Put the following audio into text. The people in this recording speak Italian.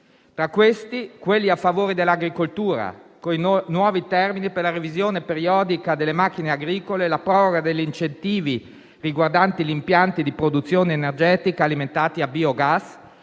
tra i quali quelli a favore dell'agricoltura, con nuovi termini per la revisione periodica delle macchine agricole e la proroga degli incentivi riguardanti gli impianti di produzione energetica alimentati a biogas